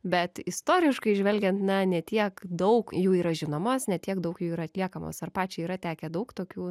bet istoriškai žvelgiant na ne tiek daug jų yra žinomos ne tiek daug jų yra atliekamos ar pačiai yra tekę daug tokių